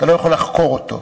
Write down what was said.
אתה לא יכול לחקור אותו.